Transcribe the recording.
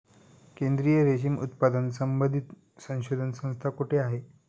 केंद्रीय रेशीम उत्पादन संबंधित संशोधन संस्था कोठे आहे?